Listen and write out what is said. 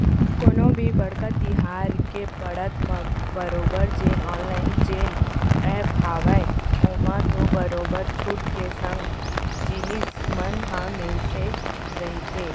कोनो भी बड़का तिहार के पड़त म बरोबर जेन ऑनलाइन जेन ऐप हावय ओमा तो बरोबर छूट के संग जिनिस मन ह मिलते रहिथे